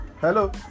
Hello